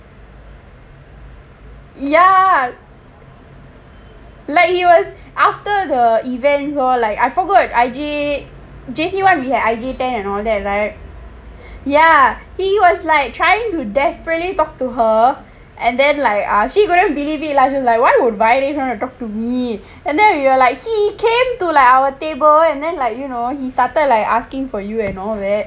ya like he was after the events lor like I forgot I J J_C one we had I J pair and all that right ya he was like trying to desperately talk to her and then like she couldn't believe it she was like like why would viresh want to talk to me and then we were like he came to like our table and then like you know he started like asking for you and all that